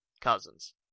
cousins